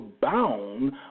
bound